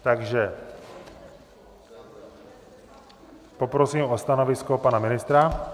Takže poprosím o stanovisko pana ministra.